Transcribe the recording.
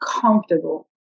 comfortable